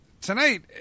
Tonight